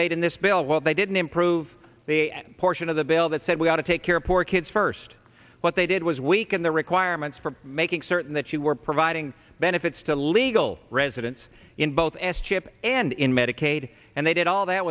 made in this bill well they didn't improve the end portion of the bill that said we ought to take care of poor kids first what they did was weaken the requirements for making certain that you were providing benefits to legal residents in both s chip and in medicaid and they did all that